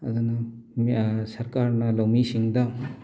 ꯑꯗꯨꯅ ꯁꯔꯀꯥꯔꯅ ꯂꯧꯃꯤꯁꯤꯡꯗ